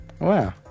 Wow